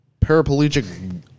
paraplegic